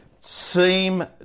seem